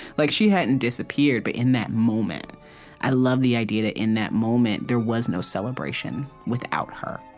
like she hadn't disappeared. but in that moment i love the idea that, in that moment, there was no celebration without her.